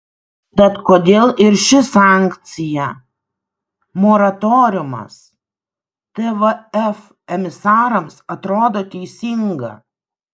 tad kodėl ir ši sankcija moratoriumas tvf emisarams atrodo teisinga